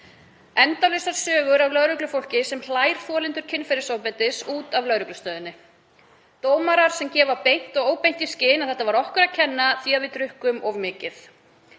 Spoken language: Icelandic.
Endalausar sögur af lögreglufólki sem hlær þolendur kynferðisofbeldis út af lögreglustöðinni. Dómarar sem gefa beint og óbeint í skyn að þetta hafi verið okkur að kenna því að við drukkum of mikið.